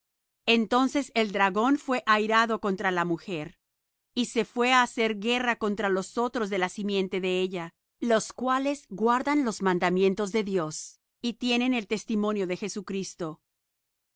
entonces el dragón fué airado contra la mujer y se fué á hacer guerra contra los otros de la simiente de ella los cuales guardan los mandamientos de dios y tienen el testimonio de jesucristo